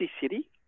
City